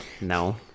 no